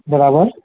બરાબર